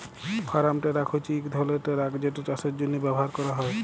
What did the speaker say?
farm truck হছে ইক ধরলের টেরাক যেট চাষের জ্যনহে ব্যাভার ক্যরা হয়